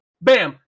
Bam